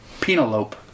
Penelope